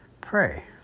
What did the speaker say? Pray